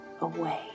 away